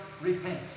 repent